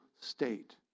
state